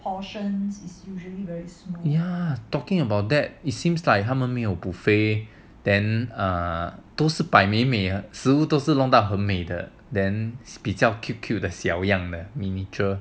ya talking about that it seems like 他们没有 buffet then err 都是摆美美食物是弄到很美的 than 比较 cute cute 的小样的 miniature